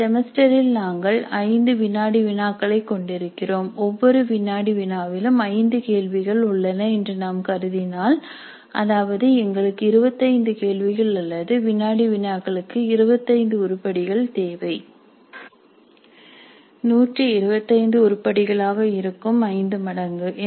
ஒரு செமஸ்டரில் நாங்கள் ஐந்து வினாடி வினாக்களைக் கொண்டிருக்கிறோம் ஒவ்வொரு வினாடி வினாவிலும் ஐந்து கேள்விகள் உள்ளன என்று நாம் கருதினால் அதாவது எங்களுக்கு 25 கேள்விகள் அல்லது வினாடி வினாக்களுக்கு 25 உருப்படிகள் தேவை 125 உருப்படிகளாக இருக்கும் ஐந்து மடங்கு